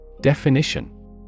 Definition